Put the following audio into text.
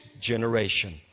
generation